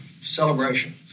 Celebration